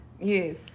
Yes